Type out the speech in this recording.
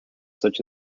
such